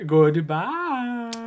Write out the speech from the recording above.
Goodbye